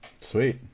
Sweet